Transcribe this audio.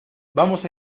vamos